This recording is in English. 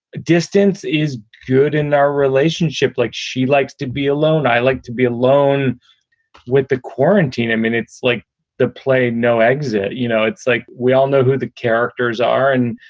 distance is good in our relationship. like she likes to be alone. i like to be alone with the quarantine. i mean, it's like the play no exit. you know, it's like we all know who the characters are and